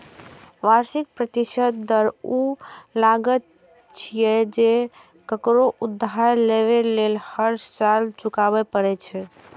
वार्षिक प्रतिशत दर ऊ लागत छियै, जे ककरो उधार लेबय लेल हर साल चुकबै पड़ै छै